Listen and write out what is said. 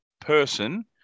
person